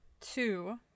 Two